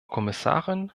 kommissarin